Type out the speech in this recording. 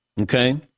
Okay